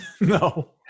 No